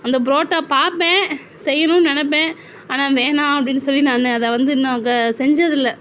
அந்த புரோட்டா பார்ப்பேன் செய்யணும்னு நினப்பேன் ஆனால் வேணாம் அப்படின்னு சொல்லி நான் அதை வந்து இன்னும் செஞ்சதில்லை